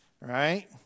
right